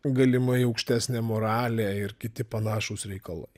galimai aukštesnė moralė ir kiti panašūs reikalai